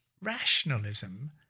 rationalism